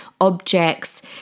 objects